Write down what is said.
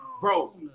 bro